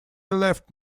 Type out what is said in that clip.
left